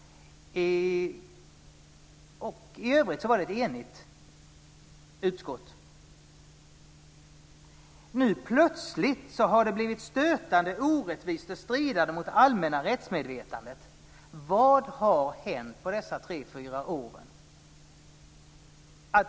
I övrigt var det ett enigt utskott. Nu plötsligt har det blivit stötande, orättvist och stridande mot det allmänna rättsmedvetandet. Vad har hänt på dessa tre fyra år?